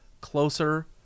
closer